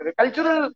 cultural